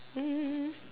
um